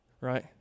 Right